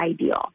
ideal